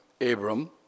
Abram